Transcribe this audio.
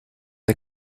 der